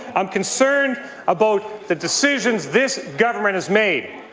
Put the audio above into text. i'm concerned about the decisions this government has made